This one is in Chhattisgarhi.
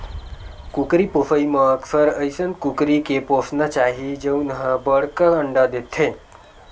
कुकरी पोसइ म अक्सर अइसन कुकरी के पोसना चाही जउन ह बड़का अंडा देथे